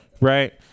right